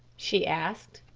she asked.